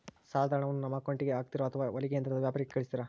ಸಾಲದ ಹಣವನ್ನು ನಮ್ಮ ಅಕೌಂಟಿಗೆ ಹಾಕ್ತಿರೋ ಅಥವಾ ಹೊಲಿಗೆ ಯಂತ್ರದ ವ್ಯಾಪಾರಿಗೆ ಕಳಿಸ್ತಿರಾ?